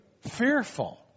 fearful